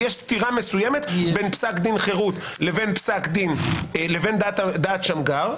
יש סתירה מסוימת בין פסק דין חירות לבין דעת שמגר.